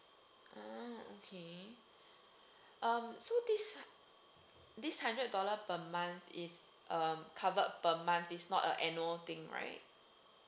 mm okay um so this this hundred dollar per month is um covered per month is not a annual thing right